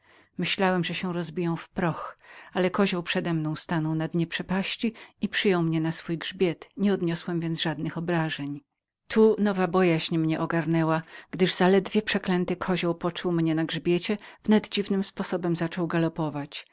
myślałem że się rozbiję w proch ale kozioł przedemną stanął na dnie przepaści i przyjął mnie na grzbiet bez żadnego przypadku tu nowa bojaźń mnie ogarnęła gdyż zaledwie kozioł poczuł mnie na grzbiecie wnet dziwnym sposobem zaczął galopować